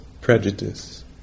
prejudice